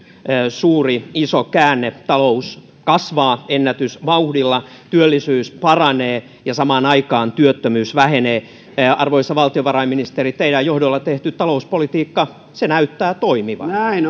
suuri iso käänne talous kasvaa ennätysvauhdilla työllisyys paranee ja samaan aikaan työttömyys vähenee arvoisa valtiovarainministeri teidän johdollanne tehty talouspolitiikka näyttää